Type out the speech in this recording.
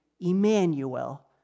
Emmanuel